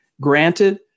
Granted